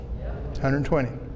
120